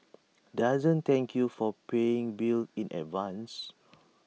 doesn't thank you for paying bills in advance